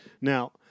Now